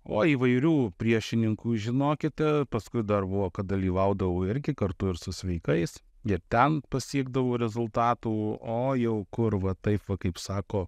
o įvairių priešininkų žinokite paskui dar buvo kad dalyvaudavau irgi kartu ir su sveikais ir ten pasiekdavau rezultatų o jau kur va taip va kaip sako